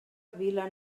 vila